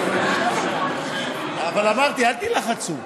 אבל אמרתי: אל תילחצו,